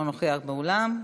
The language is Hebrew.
אינו נוכח באולם,